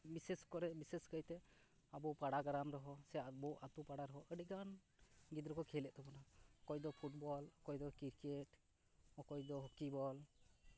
ᱵᱤᱥᱮᱥ ᱠᱚᱨᱮ ᱵᱤᱥᱮᱥ ᱠᱟᱭᱛᱮ ᱟᱵᱚ ᱯᱟᱲᱟᱜᱨᱟᱢ ᱨᱮᱦᱚᱸ ᱥᱮ ᱟᱵᱚ ᱟᱛᱳ ᱯᱟᱲᱟ ᱨᱮᱦᱚᱸ ᱟᱹᱰᱤᱜᱟᱱ ᱜᱤᱫᱽᱨᱟᱹ ᱠᱚ ᱠᱷᱮᱞᱮᱫ ᱛᱟᱵᱚᱱᱟ ᱚᱠᱚᱭ ᱫᱚ ᱯᱷᱩᱴᱵᱚᱞ ᱚᱠᱚᱭ ᱫᱚ ᱠᱤᱨᱠᱮᱴ ᱚᱠᱚᱭ ᱫᱚ ᱦᱚᱠᱤ ᱵᱚᱞ